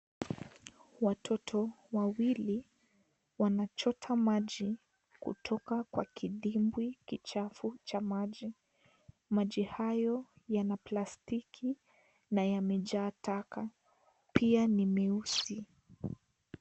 Watoto wawili wanachota maji kutoka kwa kidimbwi kichafu cha maji. Maji hayo yana plastiki na yamejaa taka, pia ni meusi.